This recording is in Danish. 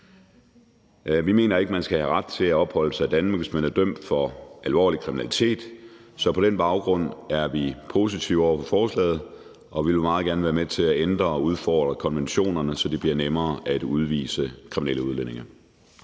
Vi mener ikke, man skal have ret til at opholde sig i Danmark, hvis man er dømt for alvorlig kriminalitet, så på den baggrund er vi positive over for forslaget, og vi vil meget gerne være med til at ændre og udfordre konventionerne, så det bliver nemmere at udvise kriminelle udlændinge.